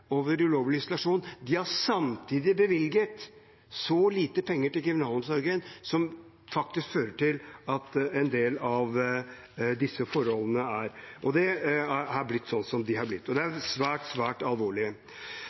over ulovlig isolasjon, har samtidig bevilget så lite penger til kriminalomsorgen at det faktisk fører til en del av disse forholdene, at det har blitt slik som det har blitt, og det er svært alvorlig.